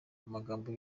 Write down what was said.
amagambo